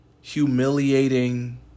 humiliating